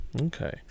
Okay